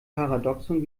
paradoxon